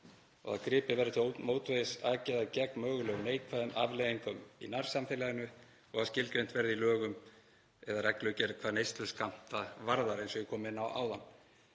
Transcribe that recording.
að gripið verði til mótvægisaðgerða gegn mögulegum neikvæðum afleiðingum í nærsamfélaginu og að skilgreint verði í lögum eða reglugerð hvað neysluskammta varðar, eins og ég kom inn á áðan.